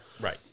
right